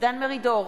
דן מרידור,